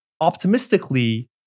optimistically